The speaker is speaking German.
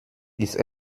ist